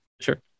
Sure